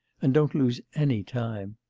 and don't lose any time